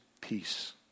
peace